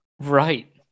right